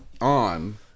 on